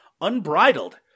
Unbridled